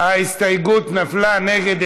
ההסתייגות נפלה: נגד,